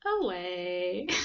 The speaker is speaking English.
away